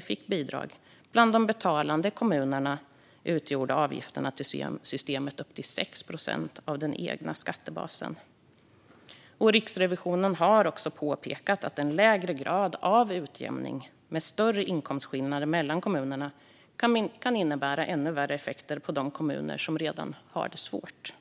fick bidrag. Bland de betalande kommunerna utgjorde avgifterna till systemet upp till 6 procent av den egna skattebasen. Riksrevisionen har också påpekat att en lägre grad av utjämning med större inkomstskillnader mellan kommunerna kan innebära ännu värre effekter på de kommuner som redan har det svårt.